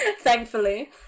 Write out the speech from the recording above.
Thankfully